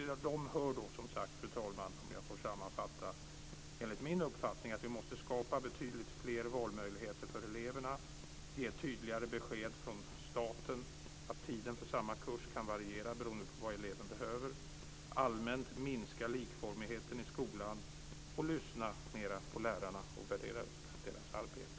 Till dem hör, fru talman, om jag får sammanfatta, att vi måste skapa betydligt fler valmöjligheter för eleverna, ge tydligare besked från staten att tiden för samma kurs kan variera beroende på vad eleven behöver, att allmänt minska likformigheten i skolan och att lyssna mera på lärarna och värdera upp deras arbete.